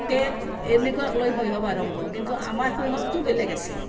cake এনেকুৱাক লৈ শৈশৱ আৰম্ভ কিন্তু আমাৰ শৈশৱটো বেলেগ আছিল